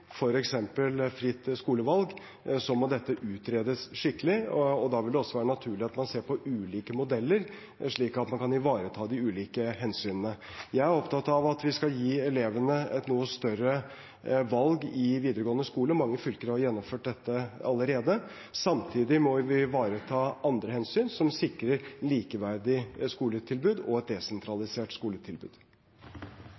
fritt skolevalg, må dette utredes skikkelig, og da vil det også være naturlig at man ser på ulike modeller, slik at man kan ivareta de ulike hensynene. Jeg er opptatt av at vi skal gi elevene et noe større valg i videregående skole – mange fylker har gjennomført dette allerede. Samtidig må vi ivareta hensyn som sikrer et likeverdig skoletilbud og et